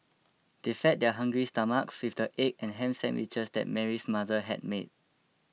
they fed their hungry stomachs with the egg and ham sandwiches that Mary's mother had made